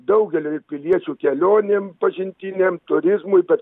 daugeliui piliečių kelionėm pažintinėm turizmui bet